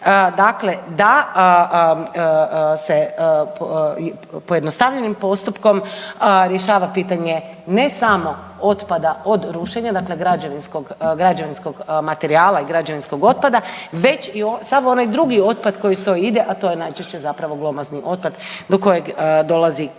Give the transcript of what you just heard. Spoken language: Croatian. dakle da se pojednostavljenim postupkom rješava pitanje ne samo otpada od rušenja, dakle građevinskog, građevinskog materijala i građevinskog otpada već i sav onaj drugi otpad koji uz to ide, a to je najčešće zapravo glomazni otpad do kojeg dolazi kroz